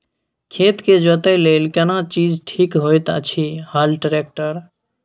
खेत के जोतय लेल केना चीज ठीक होयत अछि, हल, ट्रैक्टर?